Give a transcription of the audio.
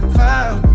found